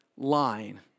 Line